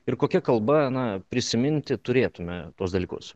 ir kokia kalba na prisiminti turėtume tuos dalykus